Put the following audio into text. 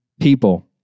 people